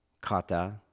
kata